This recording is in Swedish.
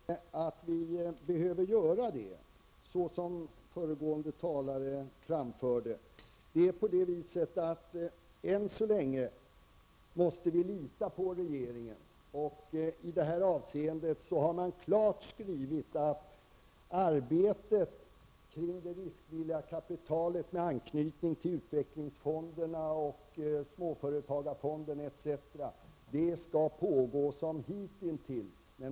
Herr talman! Jag tror inte att vi behöver göra det så som föregående talare framförde det. Än så länge måste vi lita på regeringen. I det här avseendet har man klart skrivit att arbetet kring det riskvilliga kapitalet med anknytning till utvecklingsfonderna och småföretagarfonden etc. skall pågå som hittills.